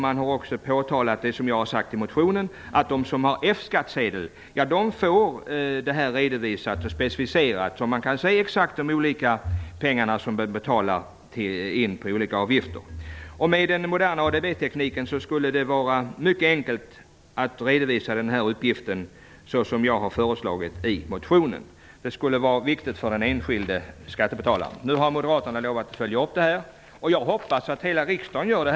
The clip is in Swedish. Man har också påtalat det som jag har sagt i motionen, dvs. att de som har F skattsedel får detta redovisat och specificerat. De kan se exakt vilka olika avgifter som betalas in. Med den moderna ADB-tekniken skulle det vara mycket enkelt att redovisa denna uppgift såsom jag har föreslagit i motionen. Det är viktigt för den enskilde skattebetalaren. Moderaterna har lovat att följa upp frågan, och jag hoppas att hela riksdagen gör det.